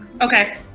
okay